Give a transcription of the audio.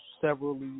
severally